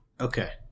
Okay